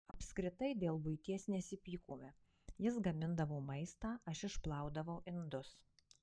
apskritai dėl buities nesipykome jis gamindavo maistą aš išplaudavau indus